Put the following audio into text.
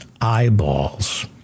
eyeballs